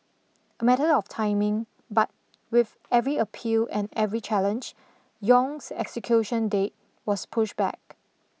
a matter of timing but with every appeal and every challenge Yong's execution date was pushed back